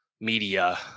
media